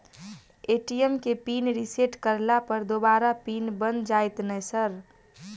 ATM केँ pin reset करला पर दोबारा पिन बन जाइत नै सर?